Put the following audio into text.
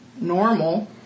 normal